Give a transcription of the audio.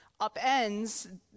upends